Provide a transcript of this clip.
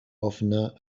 offener